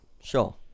sure